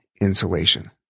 insulation